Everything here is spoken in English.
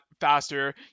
faster